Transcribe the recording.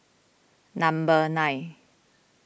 number nine